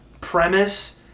premise